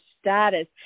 status